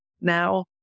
now